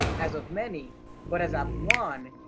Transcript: as of many but as of one,